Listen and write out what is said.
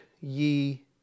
ye